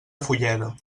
fulleda